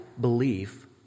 belief